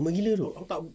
lama gila dok